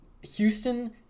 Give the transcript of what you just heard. Houston